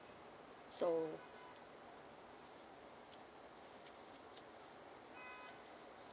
so